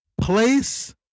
place